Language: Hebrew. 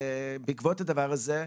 בעקבות הדבר הזה,